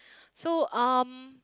so um